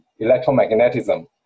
electromagnetism